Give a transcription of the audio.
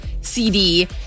CD